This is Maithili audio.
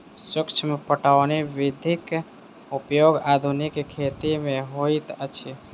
सूक्ष्म पटौनी विधिक उपयोग आधुनिक खेती मे होइत अछि